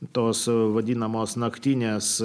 tos vadinamos naktinės